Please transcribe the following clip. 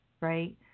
right